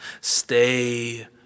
Stay